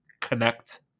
connect